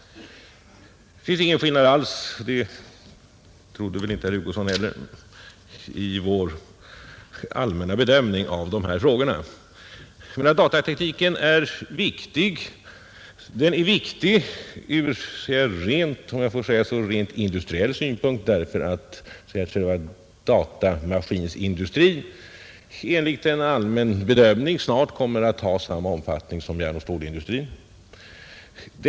Det finns ingen skillnad alls — det torde inte herr Hugosson heller anse — i vår allmänna bedömning av dessa frågor. Datatekniken är för det första viktig ur rent industriell synpunkt, eftersom själva datamaskinindustrin enligt en allmän bedömning snart kommer att ha samma omfattning som järnoch stålindustrin.